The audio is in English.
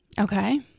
Okay